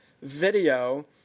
Video